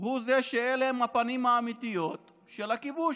הוא זה שאלה הם הפנים האמיתיות של הכיבוש,